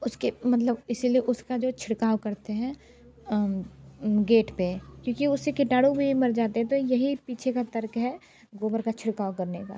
उसके मतलब इसी लिए उसका जो है छिड़काव करते हैं गेट पर क्योंकि उससे कीटाणु भी मर जाते है तो यही पीछे का तर्क है गोबर का छिड़काव करने का